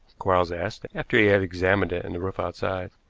quarles asked, after he had examined it and the roof outside.